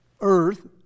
earth